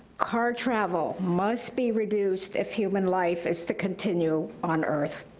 car travel must be reduced if human life is to continue on earth.